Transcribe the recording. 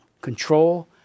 control